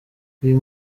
uyu